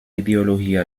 ideología